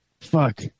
Fuck